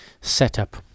setup